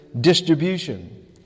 distribution